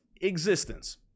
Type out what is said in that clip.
Existence